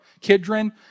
Kidron